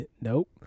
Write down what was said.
Nope